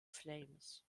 flames